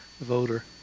voter